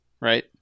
Right